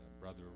Brother